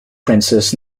princess